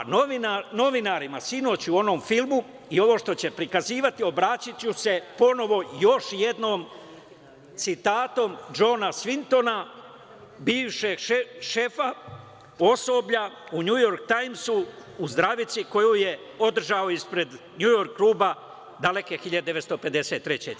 Novinarima sinoć u onom filmu i ovo što će prikazivati obratiću se ponovo još jednom citatom Džona Svintona, bivšeg šefa osoblja u „Njujork Tajmsu“ u zdravici koju je održao ispred „Njujork kluba“ daleke 1953. godine.